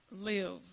live